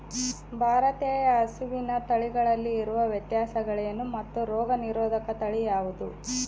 ಭಾರತೇಯ ಹಸುವಿನ ತಳಿಗಳಲ್ಲಿ ಇರುವ ವ್ಯತ್ಯಾಸಗಳೇನು ಮತ್ತು ರೋಗನಿರೋಧಕ ತಳಿ ಯಾವುದು?